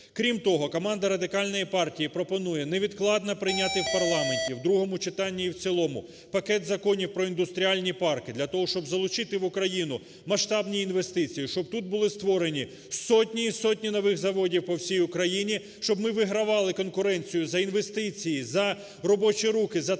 Крім того, команда Радикальної партії пропонує невідкладно прийняти в парламенті, в другому читанні, і в цілому, пакет законів про індустріальні парки. Для того, щоб залучити в Україну масштабні інвестиції, щоб тут були створені сотні, і сотні нових заводів по всій Україні, щоб ми вигравали конкуренцію за інвестиції, за робочі руки, за таланти